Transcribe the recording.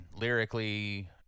lyrically